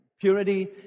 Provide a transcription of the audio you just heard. purity